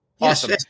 Awesome